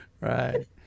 Right